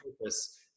purpose